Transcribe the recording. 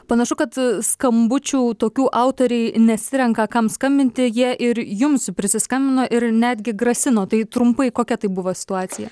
panašu kad skambučių tokių autoriai nesirenka kam skambinti jie ir jums prisiskambino ir netgi grasino tai trumpai kokia tai buvo situacija